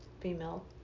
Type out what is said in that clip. female